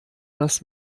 das